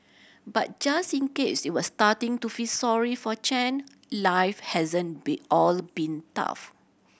but just in case you were starting to feel sorry for Chen life hasn't been all been tough